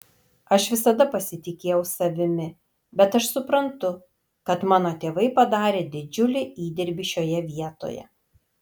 aš visada pasitikėjau savimi bet aš suprantu kad mano tėvai padarė didžiulį įdirbį šioje vietoje